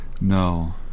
No